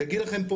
יגיד לכם פה,